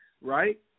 right